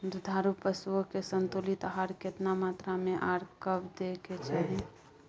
दुधारू पशुओं के संतुलित आहार केतना मात्रा में आर कब दैय के चाही?